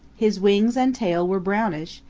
his wings and tail were brownish,